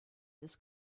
this